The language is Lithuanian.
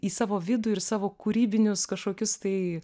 į savo vidų ir savo kūrybinius kažkokius tai